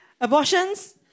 Abortions